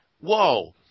whoa